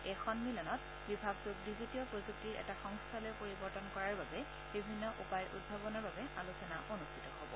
এই সমিলনত বিভাগটোক ডিজিটিয় প্ৰযুক্তিৰ এটা সংস্থলৈ পৰিৱৰ্ওন কৰাৰ বাবে বিভিন্ন উপায় উদ্ভাৱনৰ বাবে আলোচনা অনুষ্ঠিত হব